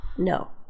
No